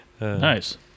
Nice